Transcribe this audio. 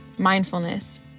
mindfulness